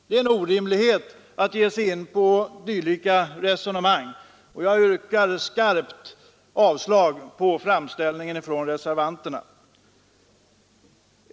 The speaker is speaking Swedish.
Det är en orimlighet att ge sig in på dylika resonemang, och jag yrkar med skärpa avslag på reservanternas framställning.